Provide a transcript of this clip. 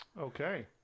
okay